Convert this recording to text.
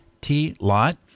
T-Lot